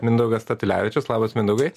mindaugas statulevičius labas mindaugai